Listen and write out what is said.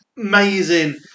Amazing